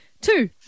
two